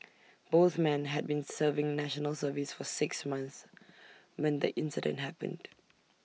both men had been serving National Service for six months when the incident happened